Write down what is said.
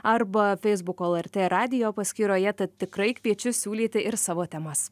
arba feisbuko lrt radijo paskyroje tad tikrai kviečiu siūlyti ir savo temas